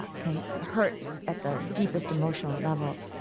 can hurt at the deepest emotional level,